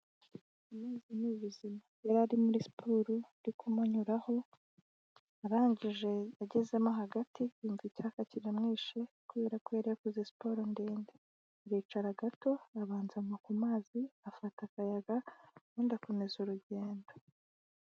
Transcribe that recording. Siporo ni ubuzima, yari ari muri siporo ari kumunyuraho, arangije agezemo hagati yumva icyaka kiramwishe, kubera ko yari yakoze siporo ndende, aricara gato arabanza anywa ku mazi, afata akayaga ubundi akomeza urugendo.